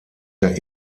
der